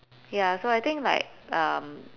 ya so I think like um